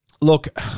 Look